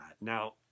Now